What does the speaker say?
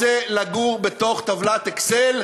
רוצה לגור בתוך טבלת "אקסל"